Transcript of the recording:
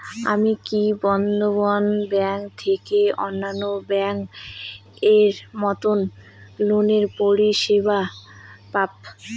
আমি কি বন্ধন ব্যাংক থেকে অন্যান্য ব্যাংক এর মতন লোনের পরিসেবা পাব?